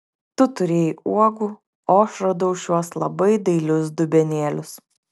tu turėjai uogų o aš radau šiuos labai dailius dubenėlius